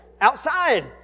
outside